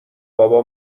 بابا